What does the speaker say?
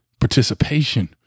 participation